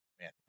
man